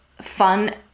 fun